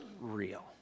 real